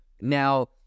Now